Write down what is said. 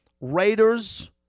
Raiders